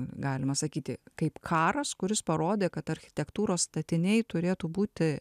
galima sakyti kaip karas kuris parodė kad architektūros statiniai turėtų būti